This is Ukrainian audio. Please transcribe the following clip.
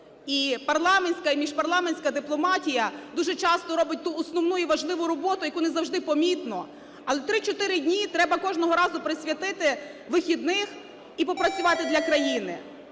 І парламентська, і міжпарламентська дипломатія дуже часто роблять ту основну і важливу роботу, яку не завжди помітно. Але 3-4 дні треба кожного разу присвятити вихідних і попрацювати для країни.